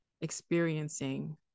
experiencing